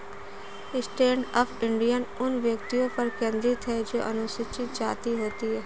stand up India उन व्यक्तियों पर केंद्रित है जो अनुसूचित जाति होती है